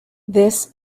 this